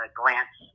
glance